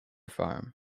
farm